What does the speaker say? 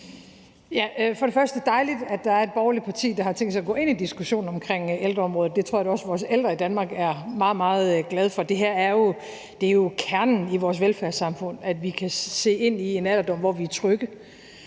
er det dejligt, at der er et borgerligt parti, der har tænkt sig at gå ind i diskussionen omkring ældreområdet. Det tror jeg da også at vores ældre i Danmark er meget, meget glade for. Det her er jo kernen i vores velfærdssamfund, nemlig at vi kan se ind i en alderdom, hvor vi er trygge,